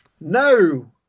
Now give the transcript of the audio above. No